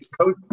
Coach